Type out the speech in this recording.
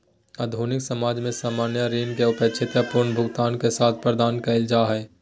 आधुनिक समाज में सामान्य ऋण के अपेक्षित पुनर्भुगतान के साथ प्रदान कइल जा हइ